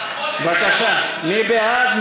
בבקשה, מי בעד?